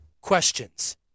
questions